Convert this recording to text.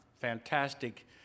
fantastic